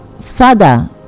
father